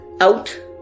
out